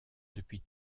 depuis